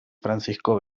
francisco